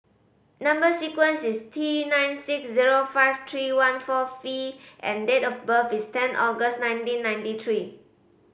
number sequence is T nine six zero five three one four V and date of birth is ten August nineteen ninety three